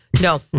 No